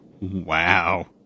Wow